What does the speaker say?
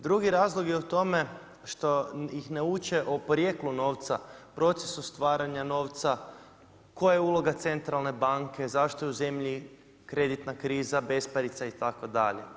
Drugi razlog je u tome što ih ne uče o porijeklu novca, procesu stvaranja novca, koja je uloga Centralne banke, zašto je u zemlji kreditna kriza, besparica itd.